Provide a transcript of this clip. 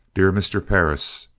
dear mr. perris,